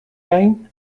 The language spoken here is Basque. gain